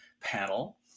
panel